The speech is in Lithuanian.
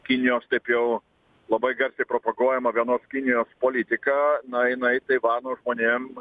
kinijos taip jau labai garsiai propaguojamą vienos kinijos politiką na jinai taivano žmonėm